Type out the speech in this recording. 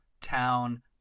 town